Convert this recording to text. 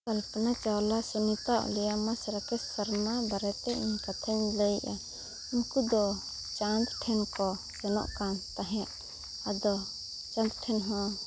ᱠᱚᱞᱯᱚᱱᱟ Chawla Sunita Williams Rakesh Sharma ᱵᱟᱨᱮᱛᱮ ᱤᱧ ᱠᱟᱛᱷᱟᱧ ᱞᱟᱹᱭᱮᱜᱼᱟ ᱩᱱᱠᱩ ᱫᱚ ᱪᱟᱸᱫᱽ ᱴᱷᱮᱱ ᱠᱚ ᱥᱮᱱᱚᱜ ᱠᱟᱱ ᱛᱟᱦᱮᱸᱫ ᱟᱫᱚ ᱪᱟᱸᱫᱽ ᱴᱷᱮᱱ ᱦᱚᱸ